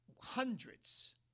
hundreds